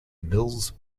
mills